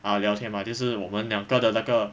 ah 聊天 mah 就是我们两个的那个